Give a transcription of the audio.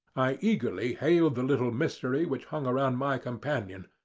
i eagerly hailed the little mystery which hung around my companion,